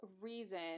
reason